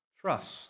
trust